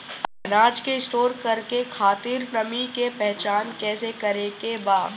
अनाज के स्टोर करके खातिर नमी के पहचान कैसे करेके बा?